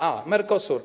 A, Mercosur.